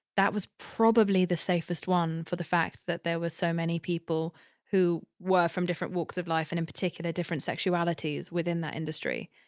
that was probably the safest one for the fact that there were so many people who were from different walks of life and in particular different sexualities within that industry.